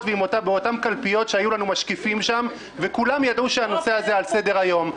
באותן קלפיות שהיו לנו שם משקיפים וכולם ידעו שהנושא הזה על סדר היום.